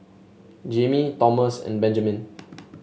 Jammie Thomas and Benjamen